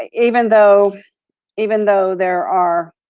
ah even though even though there are